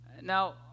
Now